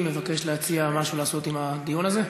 המבקש להציע לעשות משהו עם הנושא הזה?